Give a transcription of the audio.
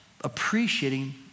appreciating